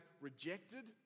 rejected